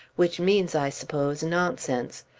which means, i suppose, nonsense.